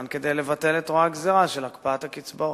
כדי לבטל את רוע הגזירה של הקפאת הקצבאות.